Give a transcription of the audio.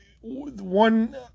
one